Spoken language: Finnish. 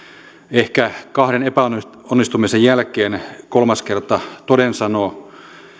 ehkä kahden epäonnistumisen jälkeen kolmas kerta toden sanoo